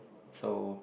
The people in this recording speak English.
so